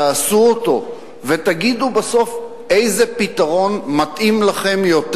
תעשו אותו ותגידו בסוף איזה פתרון מתאים לכם יותר.